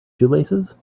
shoelaces